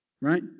Right